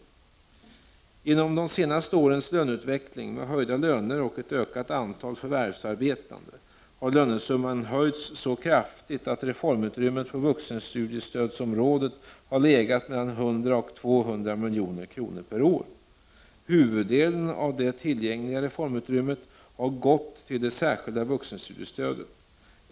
Genom de senaste årens löneutveckling, med höjda löner och ett ökat antal förvärvsarbetande, har lönesumman höjts så kraftigt att reformutrymmet på vuxenstudiestödsområdet har legat mellan 100 och 200 milj.kr. per år. Huvuddelen av det tillgängliga reformutrymmet har gått till det särskilda vuxenstudiestödet.